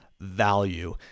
value